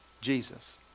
Jesus